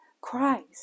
Christ